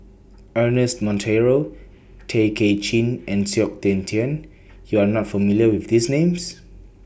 Ernest Monteiro Tay Kay Chin and Tian YOU Are not familiar with These Names